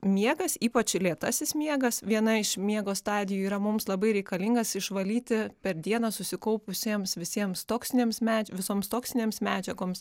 miegas ypač lėtasis miegas viena iš miego stadijų yra mums labai reikalingas išvalyti per dieną susikaupusiems visiems toksinėms visoms toksinėms medžiagoms